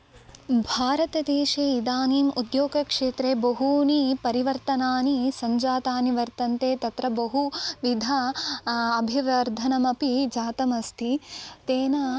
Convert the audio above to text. भारतदेशे इदानीम् उद्योगक्षेत्रे बहूनि परिवर्तनानि सञ्जातानि वर्तन्ते तत्र बहु विध अभिवर्धनमपि जातमस्ति तेन